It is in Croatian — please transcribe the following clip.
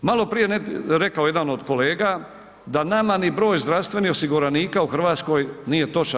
Maloprije je rekao jedan od kolega da nama ni broj zdravstvenih osiguranika u Hrvatskoj nije točan.